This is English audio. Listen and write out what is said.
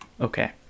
Okay